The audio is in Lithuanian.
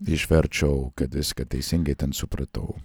išverčiau kad viską teisingai supratau